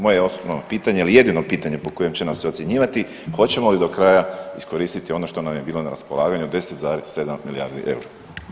Moje osobno pitanje, ali i jedino pitanje po kojem će nas se ocjenjivati, hoćemo li do kraja iskoristiti ono što nam je bilo na raspolaganju, 10,7 milijardi eura?